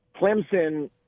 Clemson